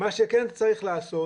מה שכן צריך לעשות,